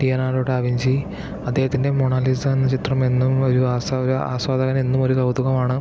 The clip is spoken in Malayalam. ലിയനാർഡോ ഡാവിഞ്ചി അദ്ദേഹത്തിൻ്റെ മൊണാലിസ എന്ന ചിത്രം എന്നും ഒരു ആസ്വാദ ആസ്വാദനം എന്നും ഒരു കൗതുകമാണ്